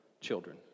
children